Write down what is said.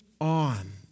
on